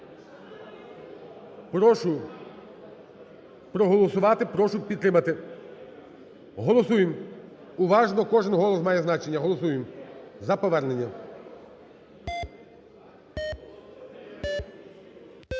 Прошу проголосувати, прошу підтримати. Голосуємо уважно, кожен голос має значення. Голосуємо за повернення. 11:44:03